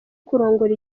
kurongora